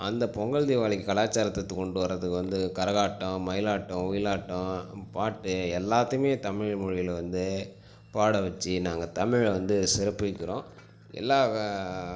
அந்த பொங்கல் தீவாளிக்கு கலாச்சாரத்துக்கு கொண்டு வரதுக்கு வந்து கரகாட்ட மயிலாட்ட ஒயிலாட்ட பாட்டு எல்லாத்துக்குமே தமிழ் மொழியில் வந்து பாட வச்சு நாங்கள் தமிழை வந்து சிறப்புவிக்கிறோம் எல்லா